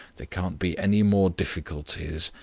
there can't be any more difficulties,